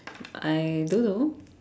I don't know